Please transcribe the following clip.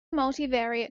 multivariate